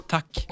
Tack